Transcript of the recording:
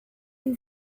you